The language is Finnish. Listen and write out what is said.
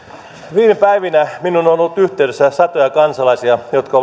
viime päivinä minuun on ollut yhteydessä satoja kansalaisia jotka